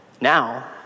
Now